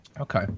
Okay